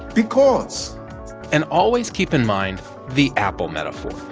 because and always keep in mind the apple metaphor.